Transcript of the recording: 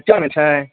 केओ नहि छै